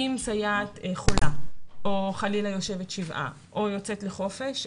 אם סייעת חולה או חלילה יושבת שבעה או יוצאת לחופש,